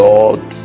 Lord